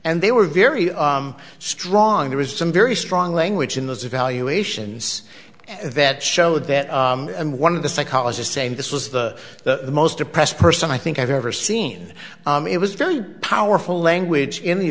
and they were very strong there was some very strong language in those evaluations that showed that and one of the psychologist saying this was the most depressed person i think i've ever seen it was very powerful language